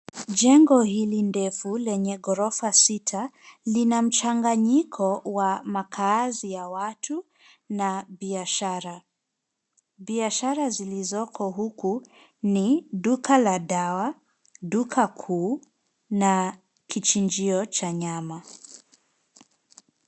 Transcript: Jengo hili ndefu lenye ghorofa sita lina mchanganyiko wa makazi ya watu na biashara. Biashara zilizoko huku ni duka la dawa, duka kuu na kichinjio cha nyama.